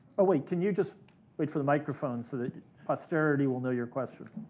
oh wait, can you just wait for the microphone so that posterity will know your question?